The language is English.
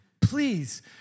please